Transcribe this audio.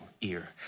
ear